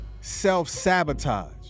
self-sabotage